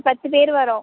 ஒரு பத்து பேர் வரோம்